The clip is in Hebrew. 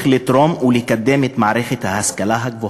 לתרום ולקדם את מערכת ההשכלה הגבוהה".